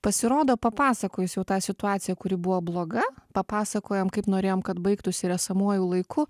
pasirodo papasakojus jau tą situaciją kuri buvo bloga papasakojam kaip norėjom kad baigtųsi ir esamuoju laiku